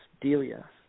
Delia